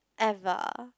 ever